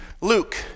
Luke